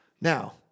Now